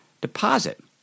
deposit